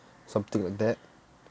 something like that